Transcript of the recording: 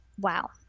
wow